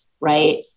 right